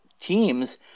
teams